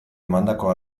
emandako